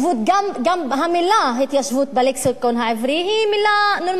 גם המלה התיישבות בלקסיקון העברי היא מלה נורמטיבית,